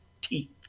teeth